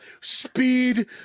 Speed